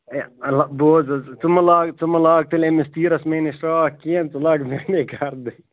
ہے اللہ بوز حظ ژٕ مہٕ لاگ ژٕ مہٕ لاگ تیٚلہِ أمِس تیٖرس میٛانِس شراکھ کِہیٖنٛۍ ژٕ لاگ میٛانے گَردٕنۍ